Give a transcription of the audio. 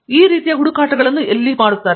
ಮತ್ತು ಈ ರೀತಿಯ ಹುಡುಕಾಟಗಳನ್ನು ಎಲ್ಲಿ ಮಾಡುತ್ತಾರೆ